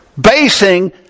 basing